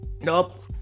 Nope